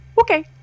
okay